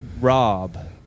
Rob